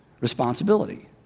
responsibility